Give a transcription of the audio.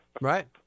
Right